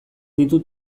ditu